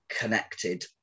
connected